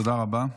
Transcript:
תודה רבה.